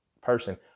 person